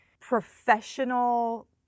professional